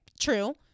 true